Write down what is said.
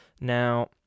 Now